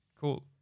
Cool